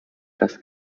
das